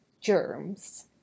germs